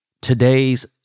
today's